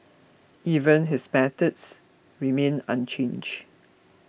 even his methods remain unchanged